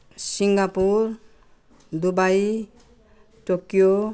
Singapore Dubai Tokyo